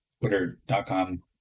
twitter.com